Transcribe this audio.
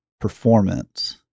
performance